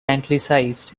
anglicized